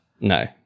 No